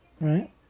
Right